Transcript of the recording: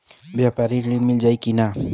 व्यापारी ऋण मिल जाई कि ना?